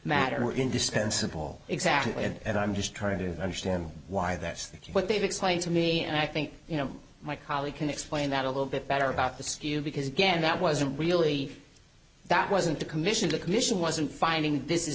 matter are indispensable exactly and i'm just trying to understand why that's what they've explained to me and i think you know my colleague can explain that a little bit better about the skew because again that wasn't really that wasn't a commission the commission wasn't finding this is